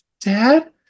Dad